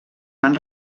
van